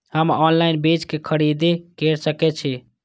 हम ऑनलाइन बीज के खरीदी केर सके छी?